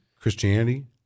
Christianity